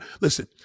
listen